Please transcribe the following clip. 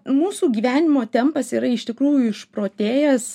mūsų gyvenimo tempas yra iš tikrųjų išprotėjęs